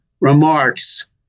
remarks